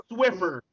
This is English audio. Swiffer